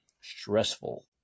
stressful